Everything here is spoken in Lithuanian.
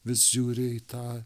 vis žiūri į tą